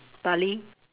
barley